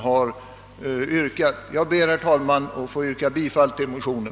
Herr talman! Jag ber att få yrka bifall till motionen.